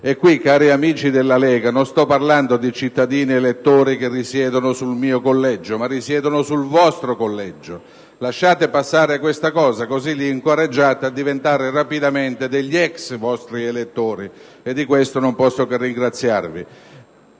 caso, cari amici della Lega, non sto parlando di cittadini elettori che risiedono nel mio collegio, ma di cittadini che risiedono nel vostro collegio. Lasciate passare questa disposizione e li incoraggerete a diventare rapidamente dei vostri ex elettori: di questo non posso che ringraziarvi.